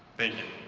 thank you.